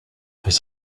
his